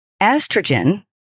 Estrogen